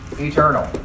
eternal